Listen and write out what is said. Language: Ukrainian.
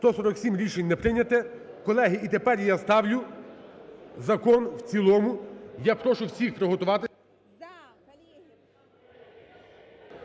За-147 Рішення не прийнято. Колеги, і тепер я ставлю закон в цілому. Я прошу всіх приготуватися...